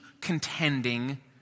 contending